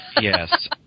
Yes